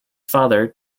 father